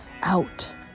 out